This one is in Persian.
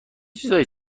چیزهایی